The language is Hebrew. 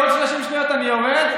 בעוד 30 שניות אני יורד,